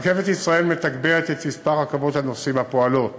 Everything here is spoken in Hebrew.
רכבת ישראל מתגברת את שירות רכבות הנוסעים הפועלות